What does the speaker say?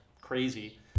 crazy